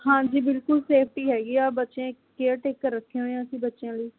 ਹਾਂਜੀ ਬਿਲਕੁਲ ਸੇਫਟੀ ਹੈਗੀ ਆ ਬੱਚੇ ਕੇਅਰ ਟੇਕਰ ਰੱਖੇ ਹੋਏ ਆ ਅਸੀਂ ਬੱਚਿਆਂ ਲਈ